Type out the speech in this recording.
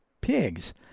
pigs